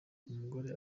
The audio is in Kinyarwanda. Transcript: umugore